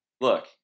Look